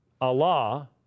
Allah